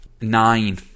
nine